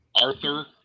Arthur